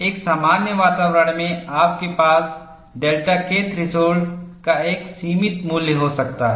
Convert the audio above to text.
एक सामान्य वातावरण में आपके पास डेल्टा K थ्रेशोल्ड का एक सीमित मूल्य हो सकता है